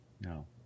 No